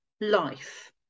life